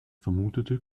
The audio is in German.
vermutete